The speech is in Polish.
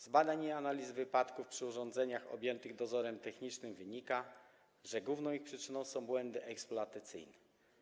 Z badań i analiz wypadków przy urządzeniach objętych dozorem technicznym wynika, że główną ich przyczyną są błędy eksploatacyjne.